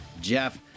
Jeff